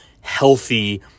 healthy